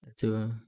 betul